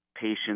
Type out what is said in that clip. patients